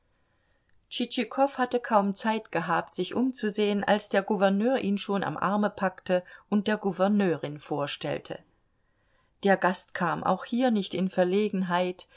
tschitschikow hatte kaum zeit gehabt sich umzusehen als der gouverneur ihn schon am arme packte und der gouverneurin vorstellte der gast kam auch hier nicht in verlegenheit